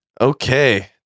okay